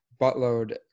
buttload